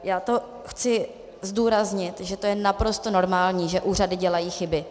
Já to chci zdůraznit, že to je naprosto normální, že úřady dělají chyby.